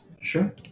Sure